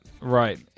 Right